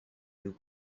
you